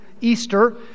Easter